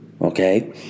Okay